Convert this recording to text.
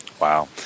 Wow